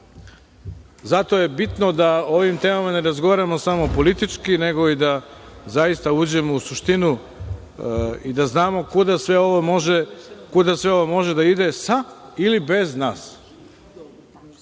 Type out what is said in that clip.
srce. Zato je bitno da o ovim temama ne razgovaramo samo politički, nego i da zaista uđemo u suštinu i da znamo kuda sve ovo može da ide sa ili bez nas.